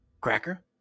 cracker